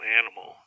animal